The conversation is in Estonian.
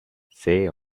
see